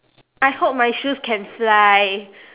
I hope my shoes can fly